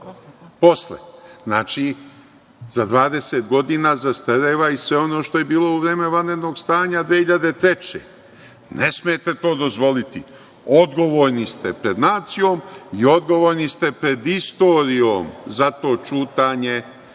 Posle.)Posle. Znači, za 20 godina zastareva i sve ono što je bilo u vreme vanrednog stanja 2003. Ne smete to dozvoliti. Odgovorni ste pred nacijom i odgovorni ste pred istorijom za to ćutanje,